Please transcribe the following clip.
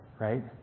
right